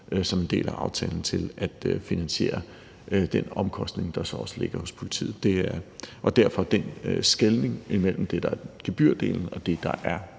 som en del af aftalen går til at finansiere den omkostning, der så også ligger hos politiet. Derfor den skelnen mellem det, der er gebyrdelen, og det, der er